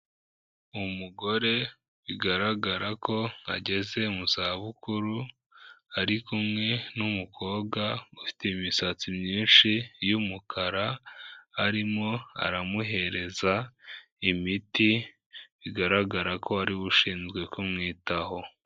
Umugore bigaragara ko ageze mu za bukuru, ari kumwe n'umukobwa ufite imisatsi myinshi y'umukara, arimo aramuhereza imiti bigaragara ko ari we ushinzwe kumwitaho.